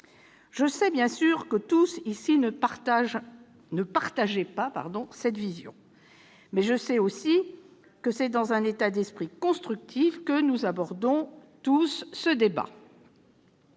Je sais, bien sûr, que tous ici n'approuvent pas cette vision. Mais, je le sais aussi, c'est dans un état d'esprit constructif que nous abordons tous ce débat.